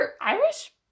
Irish